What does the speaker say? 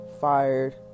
fired